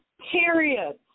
period